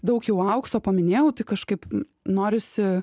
daug jau aukso paminėjau tik kažkaip norisi